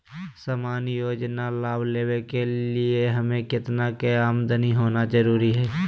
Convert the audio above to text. सामान्य योजना लाभ लेने के लिए हमें कितना के आमदनी होना जरूरी है?